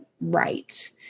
right